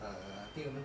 err think 我们